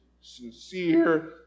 sincere